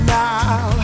now